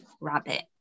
rabbit